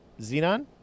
xenon